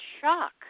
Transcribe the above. shock